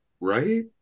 right